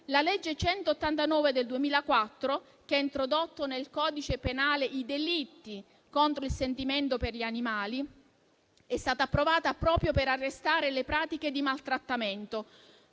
La legge n. 189 del 2004, che ha introdotto nel codice penale i delitti contro il sentimento per gli animali, è stata approvata proprio per arrestare le pratiche di maltrattamento.